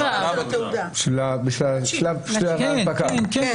בשלב ההנפקה רק?